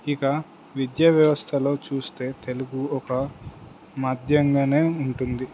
ఇక విద్యా వ్యవస్థలో చూస్తే తెలుగు ఒక మాధ్యంగానే ఉంటుంది